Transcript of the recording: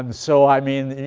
um so, i mean,